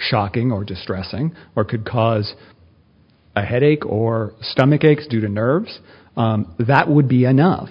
shocking or distressing or could cause a headache or a stomachache student nerves that would be enough